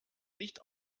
nicht